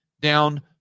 down